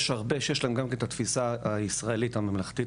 יש הרבה שיש להם גם כן את התפיסה הישראלית הממלכתית,